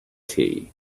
tea